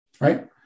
right